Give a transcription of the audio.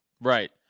right